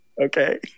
okay